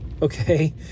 Okay